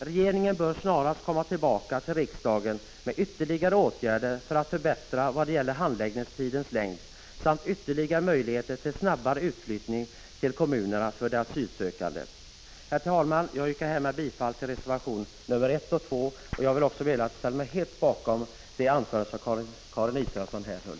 Regeringen bör snarast komma tillbaka till riksdagen med förslag till ytterligare åtgärder för att man skall kunna förkorta handläggningstidens längd samt ge ytterligare möjligheter till snabbare utflyttning till kommunerna för de asylsökande. Herr talman! Jag yrkar härmed bifall till reservationerna 1 och 2. Jag vill också meddela att jag ställer mig helt bakom det anförande som Karin Israelsson höll.